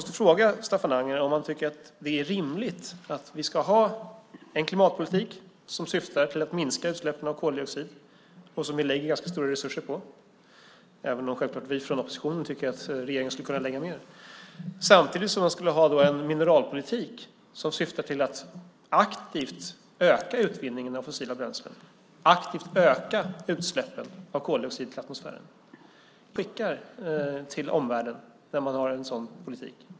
Tycker Staffan Anger att det är rimligt att vi har en klimatpolitik som syftar till att minska utsläppen av koldioxid och som vi lägger ganska stora resurser på, även om vi från oppositionen självklart tycker att regeringen skulle kunna lägga mer, samtidigt som vi har en mineralpolitik som syftar till att aktivt öka utvinningen av fossila bränslen och aktivt öka utsläppen av koldioxid till atmosfären? Är det en rimlig hållning? Är det en tydlig signal att skicka till omvärlden?